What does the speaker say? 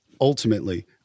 ultimately